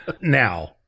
Now